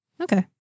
Okay